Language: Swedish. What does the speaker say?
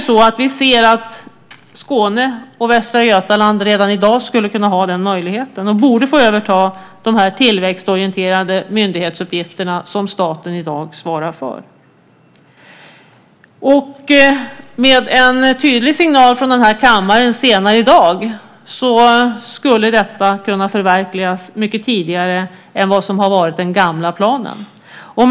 Skåne och Västra Götaland skulle redan i dag kunna ha den möjligheten. De borde få överta de här tillväxtorienterade myndighetsuppgifterna som staten i dag svarar för. Med en tydlig signal från den här kammaren senare i dag skulle detta kunna förverkligas mycket tidigare än vad som har varit den gamla planen. Fru talman!